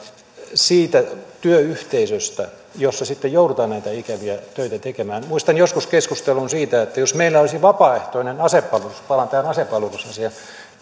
siitä työyhteisöstä jossa sitten joudutaan näitä ikäviä töitä tekemään muistan joskus keskustelun siitä että jos meillä olisi vapaaehtoinen asepalvelus palaan tähän asepalvelusasiaan